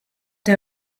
der